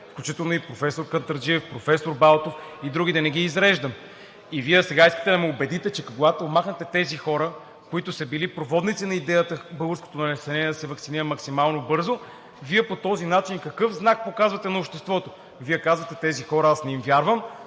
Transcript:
включително и професор Кантарджиев, професор Балтов и други – да не ги изреждам. И Вие сега искате да ме убедите, че когато махнахте тези хора, които са били проводници на идеята българското население да се ваксинира максимално бързо, по този начин какъв знак показвате на обществото? Вие казвате: „На тези хора аз не им вярвам.